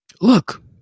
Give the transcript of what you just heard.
Look